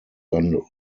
are